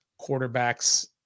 quarterbacks